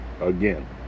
again